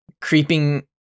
creeping